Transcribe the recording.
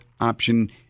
option